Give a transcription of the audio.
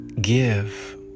give